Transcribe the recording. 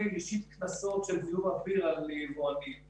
משית קנסות על זיהום אוויר על יצרנים.